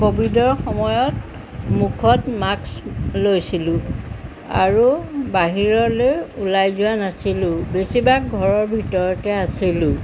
ক'ভিডৰ সময়ত মুখত মাস্ক লৈছিলোঁ আৰু বাহিৰলৈ ওলাই যোৱা নাছিলোঁ বেছিভাগ ঘৰৰ ভিতৰতে আছিলোঁ